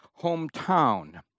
hometown